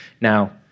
now